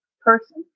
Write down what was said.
person